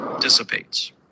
dissipates